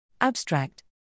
Abstract